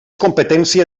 competència